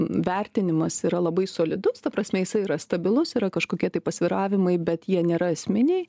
vertinimas yra labai solidus ta prasme jisai yra stabilus yra kažkokie tai pasvyravimai bet jie nėra esminiai